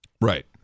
right